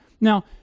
Now